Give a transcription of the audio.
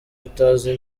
utazi